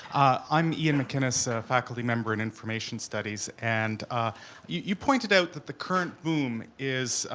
i'm ian macinnis, a faculty member in information studies, and you pointed out that the current boom is,